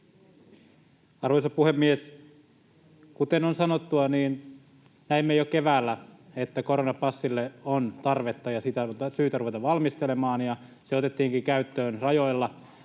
Arvoisa puhemies! Kuten on sanottua, niin näimme jo keväällä, että koronapassille on tarvetta ja sitä on syytä ruveta valmistelemaa. Se otettiinkin käyttöön rajoilla